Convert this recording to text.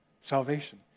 salvation